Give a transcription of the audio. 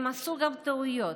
הם עשו גם טעויות,